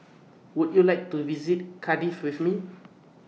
Would YOU like to visit Cardiff with Me